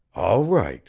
all right.